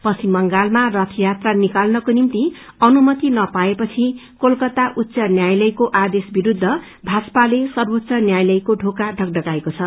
पश्चिम बंगालमा रथयात्रा निकाल्नको निम्ति अनुमति नपाएपछि कोलकाता उच्च न्यायालयको आदेश विरूद्ध भाजपाले सर्वोच्च न्यायालयको ढोका ढकढकाएको छ